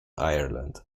ireland